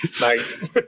Nice